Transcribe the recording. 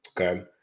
okay